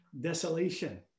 desolation